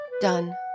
done